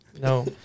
No